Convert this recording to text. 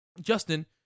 Justin